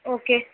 okay